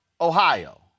Ohio